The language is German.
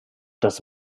das